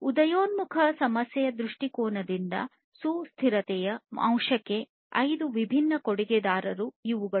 ಉದಯೋನ್ಮುಖ ಸಮಸ್ಯೆಯ ದೃಷ್ಟಿಕೋನದಿಂದ ಸುಸ್ಥಿರತೆಯ ಅಂಶಕ್ಕೆ ಐದು ವಿಭಿನ್ನ ಕೊಡುಗೆದಾರರು ಇವುಗಳು